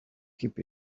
keep